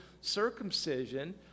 circumcision